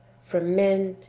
from men,